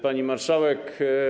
Pani Marszałek!